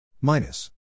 Minus